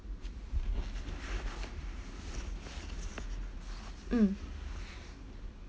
mm